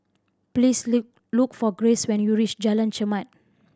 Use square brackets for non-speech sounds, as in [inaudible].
please [unintelligible] look for Graves when you reach Jalan Chermat